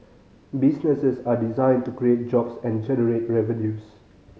businesses are designed to create jobs and generate revenues